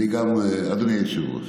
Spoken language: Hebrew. אדוני היושב-ראש,